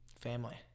Family